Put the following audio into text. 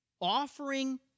offering